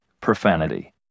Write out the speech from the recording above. profanity